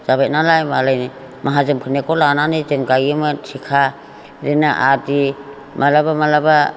जाबाय नालाय मालायनि माहाजोनफोरनिखौ लानानै जों गायोमोन थिखा बिदिनो आदि माब्लाबा माब्लाबा